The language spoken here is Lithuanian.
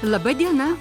laba diena